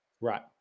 Right